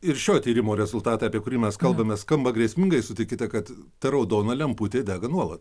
ir šio tyrimo rezultatai apie kurį mes kalbamės skamba grėsmingai sutikite kad ta raudona lemputė dega nuolat